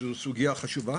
שזו סוגיה חשובה,